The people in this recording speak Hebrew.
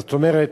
זאת אומרת,